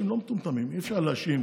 צריכה לדעת שאי-אפשר להביא את החוק,